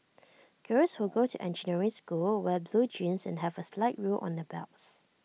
girls who go to engineering school wear blue jeans and have A slide rule on their belts